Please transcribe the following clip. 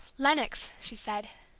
lenox, she said,